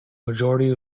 majority